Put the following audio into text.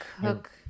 Cook